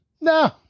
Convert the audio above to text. No